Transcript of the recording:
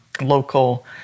local